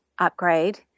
upgrade